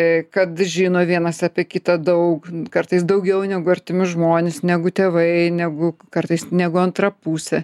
a kad žino vienas apie kitą daug kartais daugiau negu artimi žmonės negu tėvai negu kartais negu antra pusė